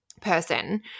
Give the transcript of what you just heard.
person